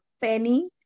penny